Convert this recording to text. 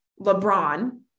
LeBron